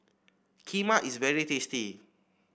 kheema is very tasty